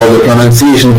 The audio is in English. pronunciation